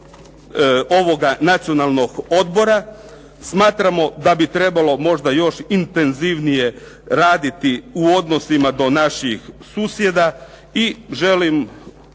ovoga Nacionalnog odbora. Smatramo da bi trebalo možda još intenzivnije raditi u odnosima do naših susjeda i želim